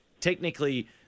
technically